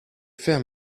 faire